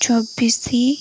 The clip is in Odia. ଚବିଶ